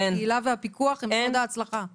הקהילה והפיקוח הם הסוד להצלחה.